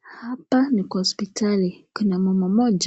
Hapa ni kwa hospitali. Kuna mama mmoj